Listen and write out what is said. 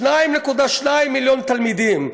2.2 מיליון תלמידים.